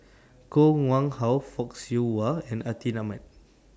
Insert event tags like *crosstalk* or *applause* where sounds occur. *noise* Koh Nguang How Fock Siew Wah and Atin Amat